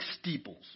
steeples